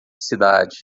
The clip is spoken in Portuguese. cidade